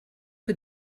que